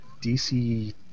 DC